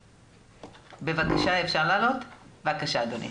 בבקשה, אדוני.